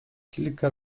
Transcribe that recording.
kilka